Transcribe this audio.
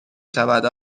شود